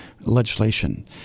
legislation